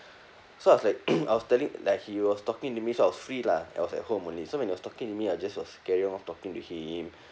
so I was like I was telling like he was talking to me so I was free lah I was at home only so when he was talking to me I just was carry on talking to him